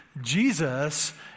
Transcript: Jesus